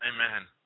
Amen